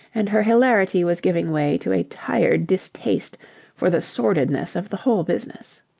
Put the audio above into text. and her hilarity was giving way to a tired distaste for the sordidness of the whole business.